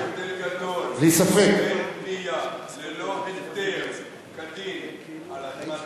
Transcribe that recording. יש הבדל גדול בין בנייה ללא היתר כדין על אדמת